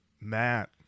Matt